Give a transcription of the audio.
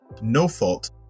no-fault